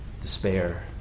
despair